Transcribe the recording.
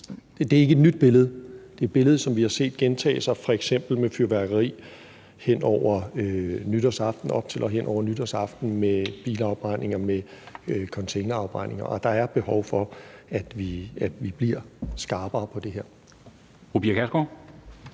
Det er ikke et nyt billede; det er et billede, som vi har set gentage sig, f.eks. med fyrværkeri op til og hen over nytårsaften, med bilafbrændinger og med containerafbrændinger, og der er behov for, at vi bliver skarpere på det her.